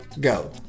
go